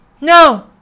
no